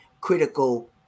critical